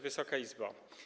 Wysoka Izbo!